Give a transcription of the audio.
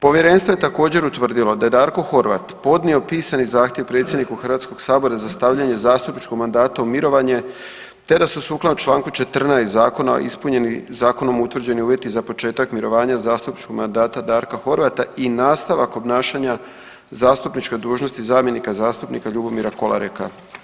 Povjerenstvo je također utvrdilo da je Darko Horvat podnio pisani zahtjev predsjedniku Hrvatskog sabora za stavljanje zastupničkog mandata u mirovanje te da su sukladno Članku 14. zakona ispunjeni zakonom utvrđeni uvjeti za početak mirovanja zastupničkog mandata Darka Horvata i nastavak obnašanja zastupničke dužnosti zamjenika zastupnika Ljubomira Kolareka.